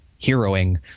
heroing